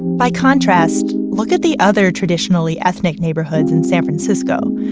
by contrast, look at the other traditionally ethnic neighborhoods in san francisco,